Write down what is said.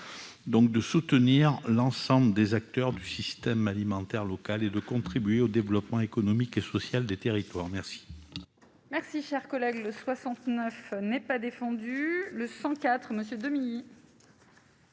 donc de soutenir l'ensemble des acteurs du système alimentaire locale et de contribuer au développement économique et social des territoires merci. Merci, cher collègue, le 69 n'est pas défendu le CIV Monsieur 2000.